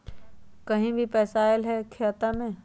कहीं से पैसा आएल हैं खाता में?